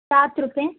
سات روپے